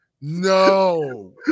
No